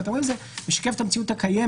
ואתה רואה שזה משקף את המציאות הקיימת